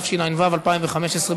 התשע"ו 2015,